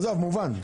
עזוב, מובן.